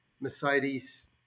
Mercedes